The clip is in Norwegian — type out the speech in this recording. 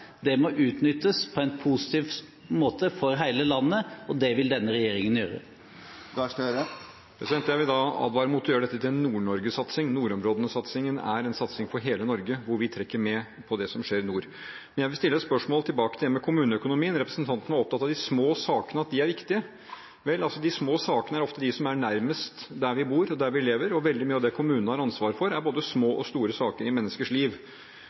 har, må utnyttes på en positiv måte for hele landet, og det vil denne regjeringen gjøre. Jeg vil advare mot å gjøre dette til en Nord-Norge-satsing. Nordområdesatsingen er en satsing for hele Norge, hvor vi trekker med på det som skjer i nord. Men jeg vil stille et spørsmål tilbake til det med kommuneøkonomien. Representanten var opptatt av at de små sakene er viktige. Vel, de små sakene er ofte de som er nærmest der vi bor, og der vi lever, og veldig mye av det kommunene har ansvar for, er både små og store saker i menneskers liv.